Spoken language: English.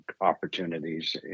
opportunities